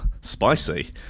Spicy